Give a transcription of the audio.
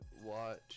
watch